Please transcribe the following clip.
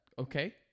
okay